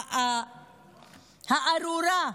הארורה,